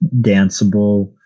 danceable